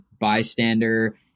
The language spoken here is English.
bystander